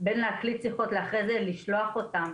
בין להקליט שיחות לבין אחר כך לשלוח אותן,